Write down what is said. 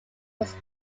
was